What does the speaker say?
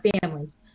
families